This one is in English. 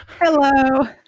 Hello